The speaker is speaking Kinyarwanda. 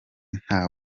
nta